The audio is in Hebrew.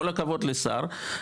כל הכבוד לשר,